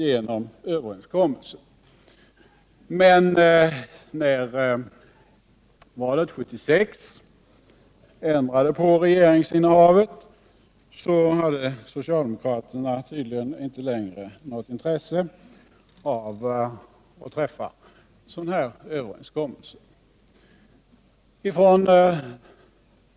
Men när valet 1976 ändrade regeringsinnehavet hade socialdemokraterna tydligen inte längre något intresse av att träffa sådana överenskommelser.